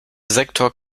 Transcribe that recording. sektor